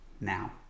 now